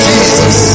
Jesus